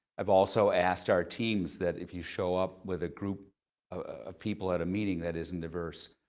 i've also asked our teams that if you show up with a group of people at a meeting that isn't diverse,